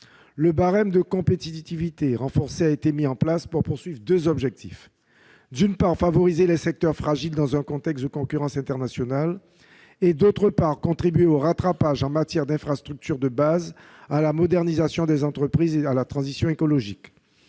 Le barème de compétitivité renforcée a été mis en place, avec deux objectifs : favoriser les secteurs fragiles dans un contexte de concurrence internationale et contribuer au rattrapage en matière d'infrastructures de base, à la modernisation des entreprises et à la transition écologique.